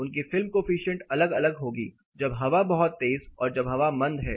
उनकी film coefficient अलग अलग होगी जब हवा बहुत तेज है और जब हवा मंद है